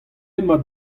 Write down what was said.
emañ